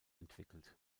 entwickelt